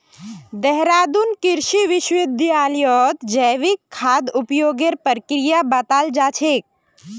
देहरादून कृषि विश्वविद्यालयत जैविक खाद उपयोगेर प्रक्रिया बताल जा छेक